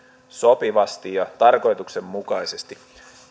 sopivasti ja tarkoituksenmukaisesti